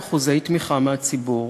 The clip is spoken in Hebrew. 62% תמיכה מהציבור.